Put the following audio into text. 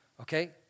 Okay